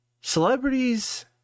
Celebrities